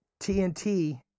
TNT